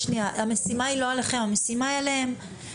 המשימה היא לא עליכם, המשימה היא עליהם.